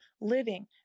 living